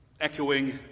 echoing